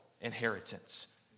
inheritance